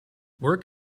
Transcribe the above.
work